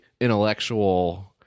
intellectual